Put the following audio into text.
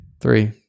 three